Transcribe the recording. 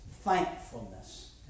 thankfulness